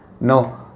No